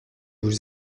vous